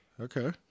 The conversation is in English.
Okay